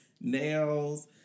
nails